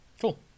Cool